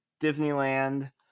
Disneyland